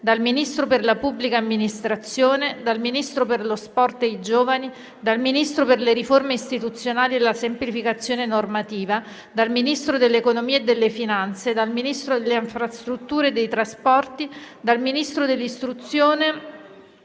dal Ministro per la pubblica amministrazione, dal Ministro per lo sport e i giovani, dal Ministro per le riforme istituzionali e la semplificazione normativa, dal Ministro dell'economia e delle finanze, dal Ministro delle infrastrutture e dei trasporti, dal Ministro dell'istruzione